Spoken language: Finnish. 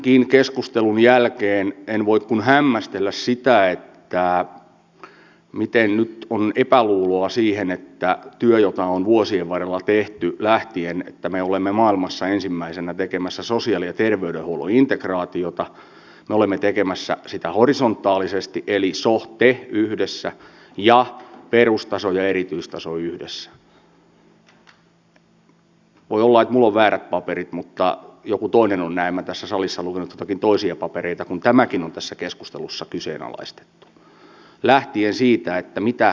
tämänkin keskustelun jälkeen en voi kuin hämmästellä sitä miten nyt on epäluuloa siitä työstä jota on vuosien varrella tehty lähtien siitä että me olemme maailmassa ensimmäisenä tekemässä sosiaali ja terveydenhuollon integraatiota me olemme tekemässä sitä horisontaalisesti eli so ja te yhdessä ja perustaso ja erityistaso yhdessä voi olla että minulla on väärät paperit mutta joku toinen on näemmä tässä salissa lukenut joitakin toisia papereita kun tämäkin on tässä keskustelussa kyseenalaistettu lähtien siitä mitä kunnat tekevät